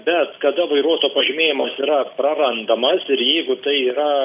bet kada vairuotojo pažymėjimas yra prarandamas ir jeigu tai yra